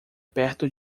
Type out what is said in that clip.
perto